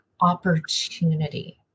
opportunity